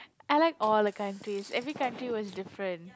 I like all the countries every country was different